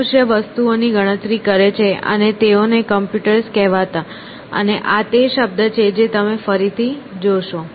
મનુષ્ય વસ્તુઓની ગણતરી કરે છે અને તેઓને કમ્પ્યુટર્સ કહેવાતા હતા અને આ તે શબ્દ છે જે તમે પછીથી ફરી જોશો